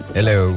Hello